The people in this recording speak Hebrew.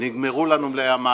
נגמרו לנו מלאי המים.